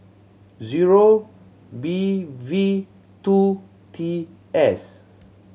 zero B V two T S